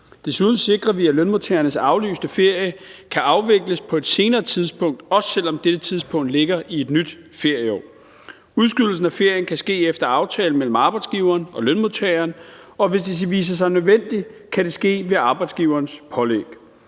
Desuden sikrer vi, at lønmodtagernes aflyste ferie kan afvikles på et senere tidspunkt, også selv om dette tidspunkt ligger i et nyt ferieår. Udskydelsen af ferien kan ske efter aftale mellem arbejdsgiveren og lønmodtageren, og hvis det viser sig nødvendigt, kan det ske ved arbejdsgiverens pålæg.